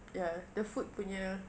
ya the food punya